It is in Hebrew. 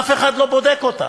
אף אחד לא בודק אותה.